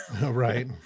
Right